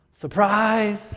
Surprise